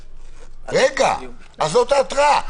זאת ההתראה.